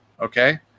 okay